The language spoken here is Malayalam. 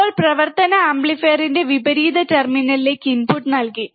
ഇപ്പോൾ പ്രവർത്തന ആംപ്ലിഫയറിന്റെ വിപരീത ടെർമിനലിലേക്ക് ഇൻപുട്ട് നൽകി